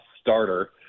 starter